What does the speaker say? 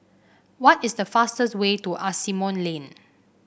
what is the fastest way to Asimont Lane